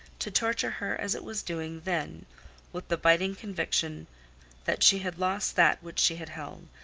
to torture her as it was doing then with the biting conviction that she had lost that which she had held,